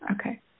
Okay